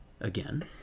again